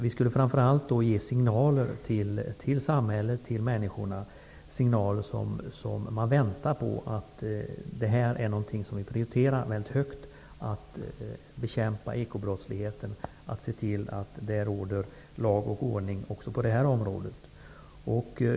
Vi skulle ge signaler till människorna i samhället att bekämpningen av ekobrottslighet prioriteras högt och att det skall råda lag och ordning också på det området.